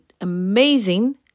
amazing